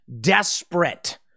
desperate